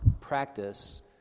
practice